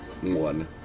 one